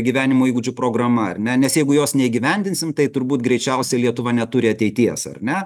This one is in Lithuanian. gyvenimo įgūdžių programa ar ne nes jeigu jos neįgyvendinsim tai turbūt greičiausia lietuva neturi ateities ar ne